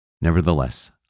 Nevertheless